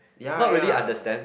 ya ya